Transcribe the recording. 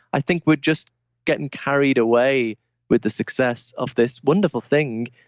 i think we're just getting carried away with the success of this wonderful thing,